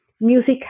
music